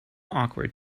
awkward